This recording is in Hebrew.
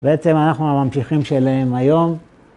בעצם אנחנו הממשיכים שלהם היום.